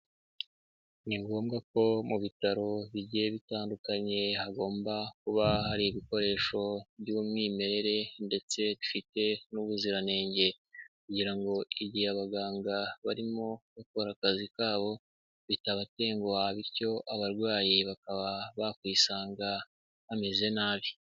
Ni ngombwa ko mu bitaro bigiye bitandukanye hagomba kuba hari ibikoresho by'umwimerere ndetse bifite n'ubuziranenge kugira ngo igihe abaganga barimo bakora akazi kabo bitabatenguha bityo abarwayi bakaba bakwisanga bameze nabi.